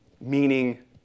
Meaning